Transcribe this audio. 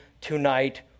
tonight